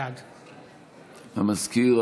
בעד המזכיר,